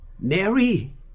Mary